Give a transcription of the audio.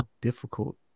difficult